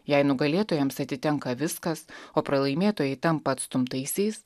jei nugalėtojams atitenka viskas o pralaimėtojai tampa atstumtaisiais